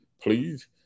please